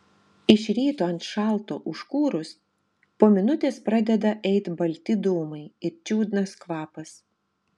iš ryto ant šalto užkūrus po minutės pradeda eit balti dūmai ir čiudnas kvapas